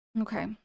okay